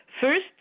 First